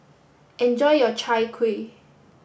enjoy your Chai Kuih